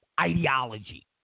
ideology